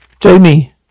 Jamie